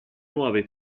nuove